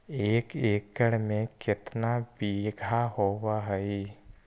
एक एकड़ में केतना बिघा होब हइ?